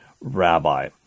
rabbi